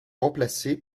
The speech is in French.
remplacée